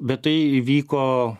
bet tai vyko